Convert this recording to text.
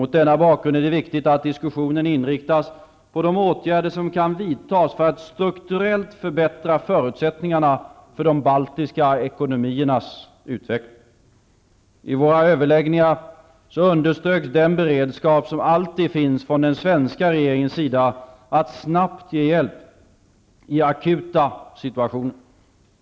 Mot denna bakgrund är det viktigt att diskussionen inriktas på de åtgärder som kan vidtas för att strukturellt förbättra förutsättningarna för de baltiska ekonomiernas utveckling. I våra överläggningar underströks den beredskap som alltid finns från den svenska regeringens sida att snabbt ge hjälp i akuta situationer.